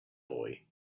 boy